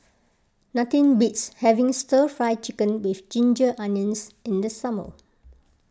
nothing beats having Stir Fry Chicken with Ginger Onions in the summer